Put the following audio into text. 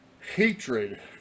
hatred